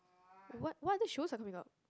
what what other shoes are coming out